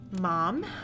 Mom